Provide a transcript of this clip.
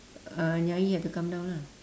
uh nyai had to come down lah